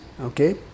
okay